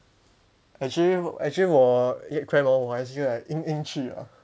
actually actually 我 leg cramp hor 我还是会硬硬去啊